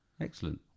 Excellent